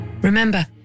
Remember